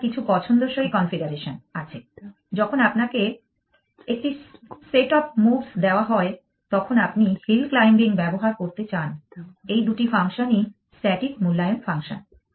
আপনার কিছু পছন্দসই কনফিগারেশন আছে যখন আপনাকে একটি সেট অফ মুভস দেওয়া হয় তখন আপনি হিল ক্লাইম্বিং ব্যবহার করতে চান এই দুটি ফাংশনই স্ট্যাটিক মূল্যায়ন ফাংশন